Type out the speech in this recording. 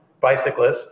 bicyclists